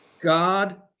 God